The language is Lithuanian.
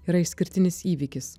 yra išskirtinis įvykis